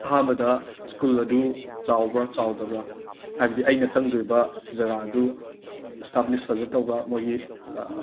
ꯑꯍꯥꯟꯕꯗ ꯁ꯭ꯀꯨꯜ ꯑꯗꯨ ꯆꯥꯎꯕ꯭ꯔꯥ ꯆꯥꯎꯗꯕ꯭ꯔꯥ ꯍꯥꯏꯕꯗꯤ ꯑꯩꯅ ꯆꯪꯗꯣꯏꯕ ꯖꯒꯥ ꯑꯗꯨ ꯏꯁꯇꯥꯕ꯭ꯂꯤꯁ ꯐꯖꯅ ꯇꯧꯕꯔꯥ ꯃꯣꯏꯒꯤ